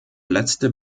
letzte